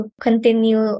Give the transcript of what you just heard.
continue